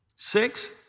Six